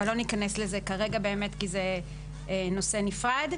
אבל לא ניכנס לזה כרגע כי זה נושא נפרד.